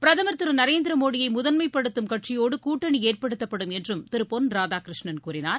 பிரதுர் திரு நரேந்திர மோடியை முதன்மைபடுத்தும் கட்சியோடு கூட்டணி ஏற்படுத்தப்படும் என்றும் திரு பொன் ராதாகிருஷ்ணன் கூறினார்